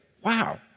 wow